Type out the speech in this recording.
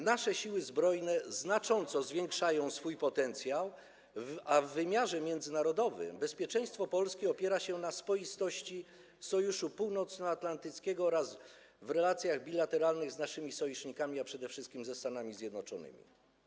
Nasze Siły Zbrojne znacząco zwiększają swój potencjał, a w wymiarze międzynarodowym bezpieczeństwo Polski opiera się na spoistości Sojuszu Północnoatlantyckiego oraz na relacjach bilateralnych z naszymi sojusznikami, przede wszystkim ze Stanami Zjednoczonymi.